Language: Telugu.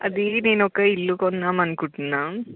అది నేను ఒక ఇల్లు కొందాం అనుకుంటున్నాం